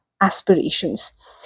aspirations